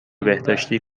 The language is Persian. بهداشتی